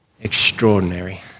extraordinary